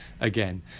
again